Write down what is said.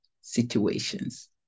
situations